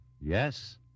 Yes